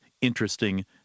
interesting